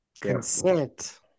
Consent